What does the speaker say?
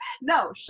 No